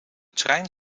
trein